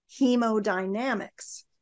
hemodynamics